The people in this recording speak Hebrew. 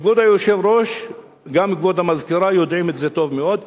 וכבוד היושב-ראש וגם כבוד המזכירה יודעים את זה טוב מאוד,